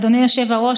אדוני היושב-ראש,